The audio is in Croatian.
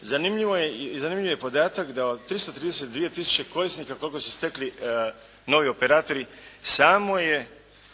zanimljivo je, i zanimljiv je podatak da od 332 tisuće korisnika koliko su stekli novi operatori, samo je,